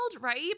right